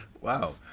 Wow